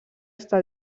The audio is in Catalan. està